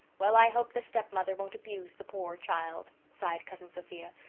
well, i hope the stepmother won't abuse the pore child, sighed cousin sophia,